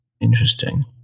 interesting